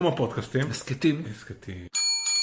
כמו פודקאסטים, הסכתים, הסכתים.